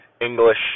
English